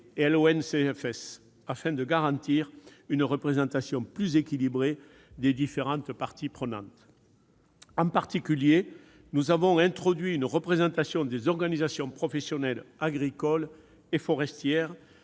l'ONCFS, afin de garantir une représentation plus équilibrée des différentes parties prenantes. En particulier, nous avons introduit une représentation des organisations professionnelles agricoles et forestières,